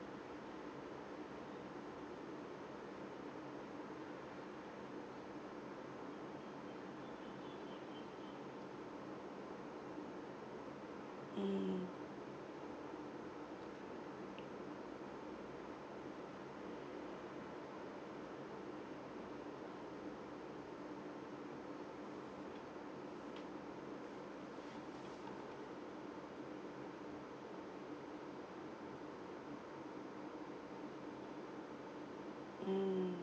mm mm